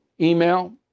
email